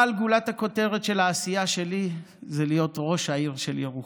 אבל גולת הכותרת של העשייה שלי זה להיות ראש העיר של ירוחם.